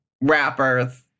rappers